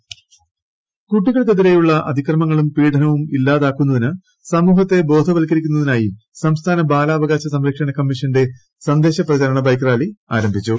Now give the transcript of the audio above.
bike rally കുട്ടികൾക്കെതിരെയുള്ള അതിക്രമങ്ങളും പീഡനവും ഇല്ലാതാക്കുന്നതിന് സമൂഹത്തെ ബോധവൽക്കരിക്കുന്നതിനായി സംസ്ഥാന ബാലാവകാശ സംരക്ഷണ കമ്മീഷന്റെ സന്ദേശ പ്രചരണ ബൈക്ക് റാലി ഇന്ന് തുടങ്ങി